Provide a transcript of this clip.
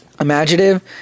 Imaginative